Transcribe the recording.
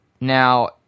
Now